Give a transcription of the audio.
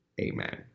Amen